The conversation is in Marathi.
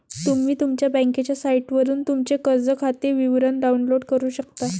तुम्ही तुमच्या बँकेच्या साइटवरून तुमचे कर्ज खाते विवरण डाउनलोड करू शकता